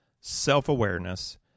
self-awareness